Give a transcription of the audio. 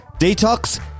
Detox